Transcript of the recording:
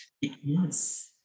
Yes